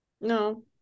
No